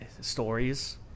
stories